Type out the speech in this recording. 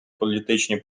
політичні